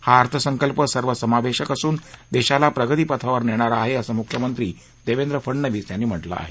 हा अर्थसंकल्प सर्वसमावेशक असून देशाला प्रगती पथावर नेणारा आहे असं मुख्यमंत्री देवेंद्र फडणवीस यांनी म्हटलं आहे